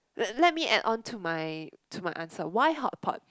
let let me add on to my to my answer why hotpot